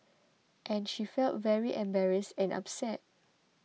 and she felt very embarrassed and upset